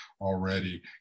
already